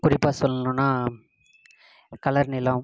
குறிப்பாக சொல்லணுனா களர் நிலம்